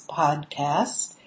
podcast